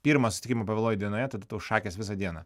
pirmą susitikimą pavėluoji dienoje tada tau šakės visą dieną